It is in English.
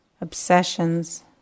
obsessions